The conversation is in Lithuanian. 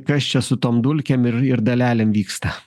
kas čia su tom dulkėm ir ir dalelėm vyksta